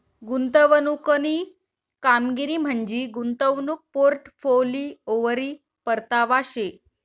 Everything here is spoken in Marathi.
गुंतवणूकनी कामगिरी म्हंजी गुंतवणूक पोर्टफोलिओवरी परतावा शे